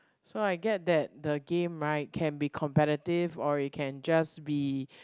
so I get that the game right can be competitive or we can just be